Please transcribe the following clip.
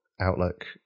outlook